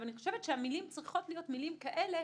אני חושבת שהמילים צריכות להיות כאלה,